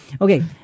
Okay